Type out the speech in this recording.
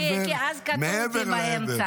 אז אפשרתי --- קטעו אותי באמצע.